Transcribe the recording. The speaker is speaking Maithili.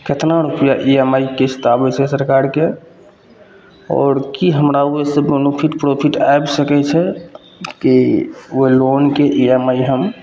कतना रुपैआ ई एम आइ किस्त आबै छै सरकारके आओर कि हमरा ओहिसे हमरा कोनो बेनिफिट प्रॉफिट आबि सकै छै कि ओहि लोनके ई एम आइ हम